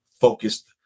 focused